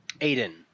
Aiden